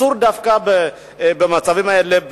אסור דווקא במצבים האלה,